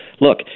Look